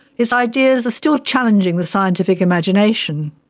its ideas are still challenging the scientific imagination.